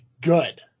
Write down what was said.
good